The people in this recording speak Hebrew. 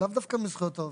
לאו דווקא מזכויות העובדים.